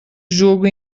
jogo